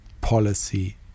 policy